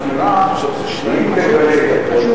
המציעה אומרת שתהיה ועדת חקירה, והיא תגלה.